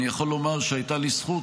אני יכול לומר שהייתה לי זכות,